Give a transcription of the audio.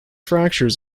fractures